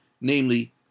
namely